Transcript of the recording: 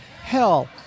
Hell